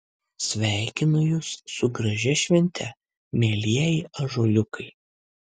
sveikinu jus su gražia švente mielieji ąžuoliukai